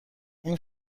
این